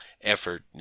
effort –